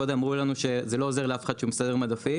קודם אמרו לנו שזה לא עוזר לאף אחד שהם מסדרים מדפים,